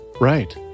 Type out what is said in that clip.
Right